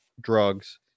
drugs